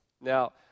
Now